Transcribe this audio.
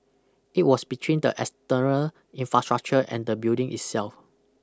it was between the exterior infrastructure and the building itself